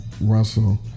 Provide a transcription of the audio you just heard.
Russell